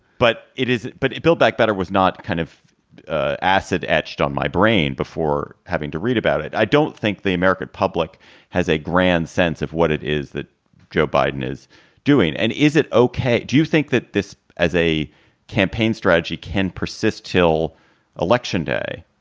but it is. but it build back better was not kind of acid etched on my brain before having to read about it. i don't think the american public has a grand sense of what it is that joe biden is doing. and is it ok? do you think that this as a campaign strategy can persist till election day,